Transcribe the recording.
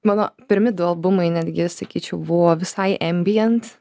mano pirmi du albumai netgi sakyčiau buvo visai embijent